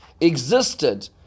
existed